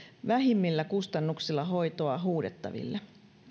vähimmillä kustannuksilla hoitoa huudettaville